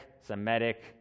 Semitic